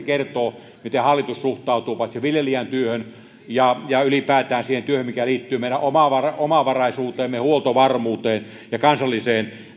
kertoo miten hallitus suhtautuu paitsi viljelijän työhön myös ylipäätään siihen työhön mikä liittyy meidän omavaraisuuteemme ja huoltovarmuuteen ja kansalliseen